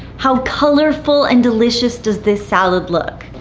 how colorful and delicious does this salad look?